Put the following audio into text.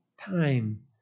time